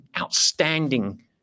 outstanding